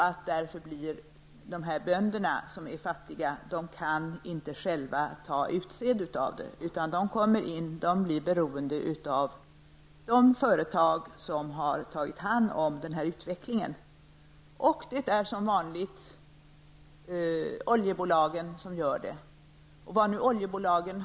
De fattiga bönderna kan alltså inte själva ta utsäde, utan de blir beroende av de företag som har tagit hand om utvecklingen. Som vanligt blir det oljebolagen.